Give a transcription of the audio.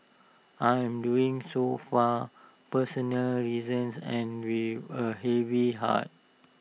I am doing so personal reasons and with A heavy heart